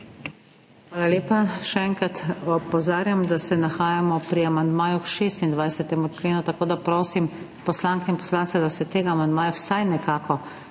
Hvala lepa. Še enkrat opozarjam, da se nahajamo pri amandmaju k 26. členu, tako da prosim poslanke in poslance, da se tega amandmaja v svoji